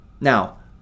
Now